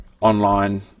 online